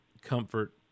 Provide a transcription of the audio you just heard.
comfort